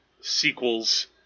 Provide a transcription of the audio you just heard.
sequels